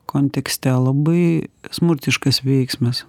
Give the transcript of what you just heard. kontekste labai smurtiškas veiksmas